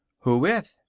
who with?